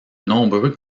nombreux